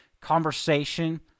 conversation